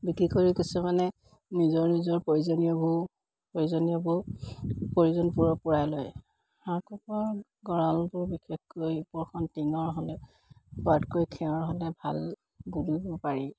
বিক্ৰী কৰি কিছুমানে নিজৰ নিজৰ প্ৰয়োজনীয়বোৰ প্ৰয়োজনীয়বোৰ প্ৰয়োজন পূৰ পূৰাই লয় হাঁহ কুকুৰাৰ গঁৰালবোৰ বিশেষকৈ ওপৰখন টিঙৰ হ'লে হোৱাতকৈ খেৰৰ হ'লে ভাল বুলিব পাৰি